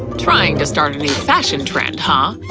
trying to start a new fashion trend, huh?